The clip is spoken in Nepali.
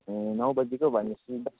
ए नौ बजेको भनेपछि दस